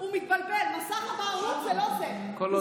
הוא מתבלבל, מסך הבערות זה לא זה.